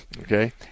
Okay